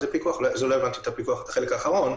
לא הבנתי את החלק האחרון.